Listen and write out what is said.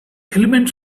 elements